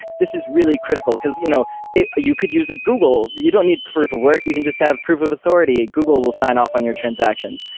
this is really critical, because you know you could use a google. you don't need proof of work. you can just have proof of authority. ah google will sign off on your transactions.